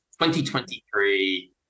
2023